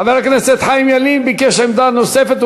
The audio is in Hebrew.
חבר הכנסת חיים ילין ביקש עמדה נוספת,